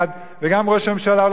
וגם ראש הממשלה לא ייתן יד,